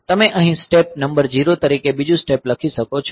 તમે અહીં step number 0 તરીકે બીજું સ્ટેપ લખી શકો છો